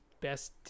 best